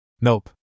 Nope